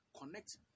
Connect